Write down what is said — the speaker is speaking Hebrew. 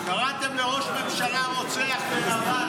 קראתם לראש ממשלה "רוצח" ו"נבל".